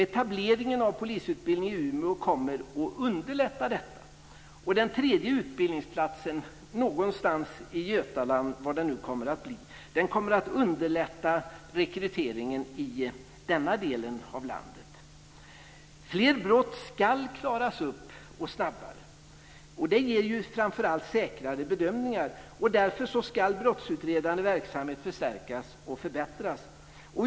Etableringen av polisutbildningen i Umeå kommer att underlätta detta. Den tredje utbildningsplatsen någonstans i Götaland - var det nu kommer att bli - kommer att underlätta rekryteringen i den delen av landet. Fler brott ska klaras upp, och snabbare. Det ger framför allt säkrare bedömningar. Därför ska brottsutredande verksamhet förstärkas och förbättras.